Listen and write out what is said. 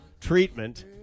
treatment